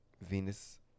Venus